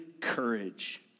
courage